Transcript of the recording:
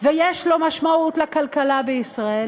ויש לו משמעות לכלכלה בישראל,